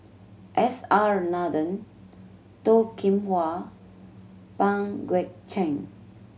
S R Nathan Toh Kim Hwa Pang Guek Cheng